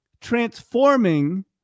transforming